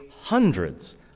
hundreds